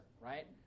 right